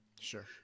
Sure